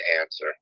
answer